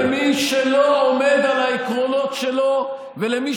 למי שלא עומד על העקרונות שלו ולמי